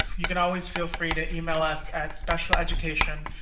you can always feel free to email us at specialeducation